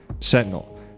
sentinel